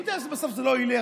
הוא יודע שבסוף זה לא ילך,